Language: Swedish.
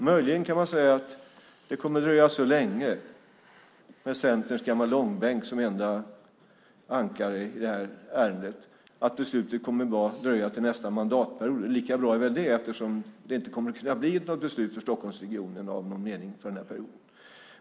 Möjligen kan man säga att det kommer att dröja så länge med Centerns gamla långbänk som enda ankare i det här ärendet att beslutet kommer att dröja till nästa mandatperiod. Och lika bra är väl det, eftersom det inte kommer att kunna bli något beslut för Stockholmsregionen av någon mening under den här perioden.